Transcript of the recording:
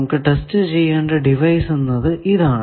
നമുക്ക് ടെസ്റ്റ് ചെയ്യേണ്ട ഡിവൈസ് എന്നത് ഇതാണ്